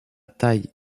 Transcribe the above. taille